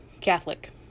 Catholic